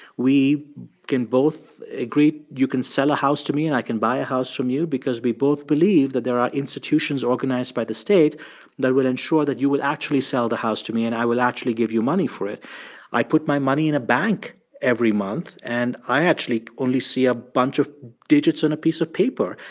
we can both agree you can sell a house to me and i can buy a house from you because we both believe that that there are institutions organized by the state that will ensure that you will actually sell the house to me and i will actually give you money for it i put my money in a bank every month, and i actually only see a bunch of digits on a piece of paper.